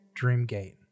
Dreamgate